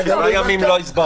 גם אתה לא הבנת?